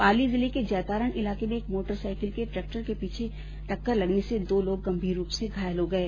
पाली जिले के जैतारण इलाके में एक मोटरसाईकिल के ट्रेक्टर के पीछे से टक्कर लगने से दो लोग गंभीर रूप से घायल हो गये